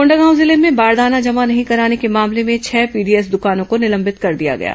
कोंडागांव जिले में बारदाना जमा नहीं कराने के मामले में छह पीडीएस दुकानों को निलंबित कर दिया गया है